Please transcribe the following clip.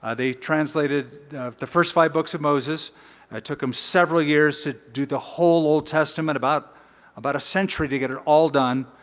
ah they translated the first five books of moses. it took him several years to do the whole old testament. about about a century to get it all done.